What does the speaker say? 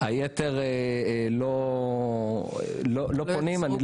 היתר לא פונים.